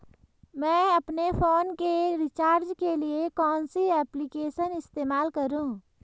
मैं अपने फोन के रिचार्ज के लिए कौन सी एप्लिकेशन इस्तेमाल करूँ?